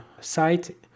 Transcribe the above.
site